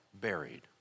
Buried